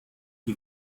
die